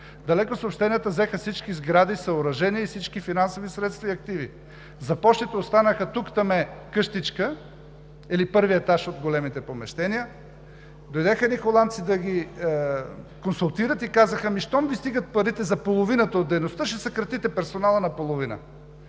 Далекосъобщенията взеха всички сгради, съоръжения и всички финансови средства и активи. За Пощите останаха тук-таме къщичка или първият етаж от големите помещения. Дойдоха едни холандци да ги консултират и казаха: „Ами щом Ви стигат парите за половината от дейността, ще съкратите персонала наполовина.“